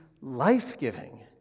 life-giving